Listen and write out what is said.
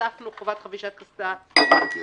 הוספנו חובת חבישת קסדה לרכינוע.